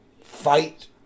fight